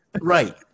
Right